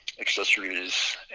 accessories